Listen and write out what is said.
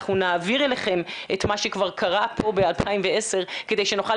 אנחנו נעביר אליכם את מה שכבר קרה פה ב-2010 כדי שנוכל